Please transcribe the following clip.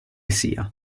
sia